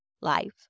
life